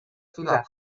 fila